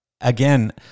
again